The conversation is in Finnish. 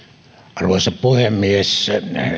arvoisa puhemies